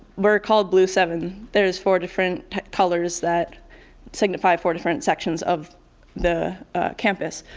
we're called blue seven. there is four different colors that signify four different sections of the campus.